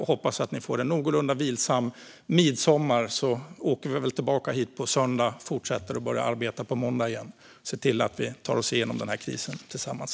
Jag hoppas att ni får en någorlunda vilsam midsommar, och så åker vi väl tillbaka hit på söndag och fortsätter arbeta på måndag igen - för att se till att vi tar oss igenom den här krisen tillsammans.